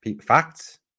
Facts